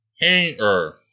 Hanger